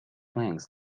flanks